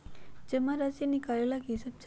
जमा राशि नकालेला कि सब चाहि?